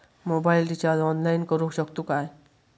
Mobile recharge online करुक शकतू काय?